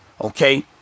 okay